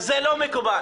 זה לא מקובל.